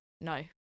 no